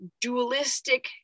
dualistic